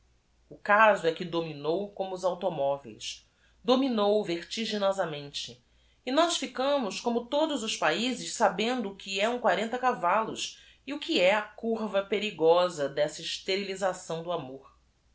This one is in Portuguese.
elegância caso é que dominou como os automóveis dominou vertiginosamente e nós ficamos como todos os paizes sabendo o que é um c a vai los e o que é a curva perigosa dessa esterilização do amor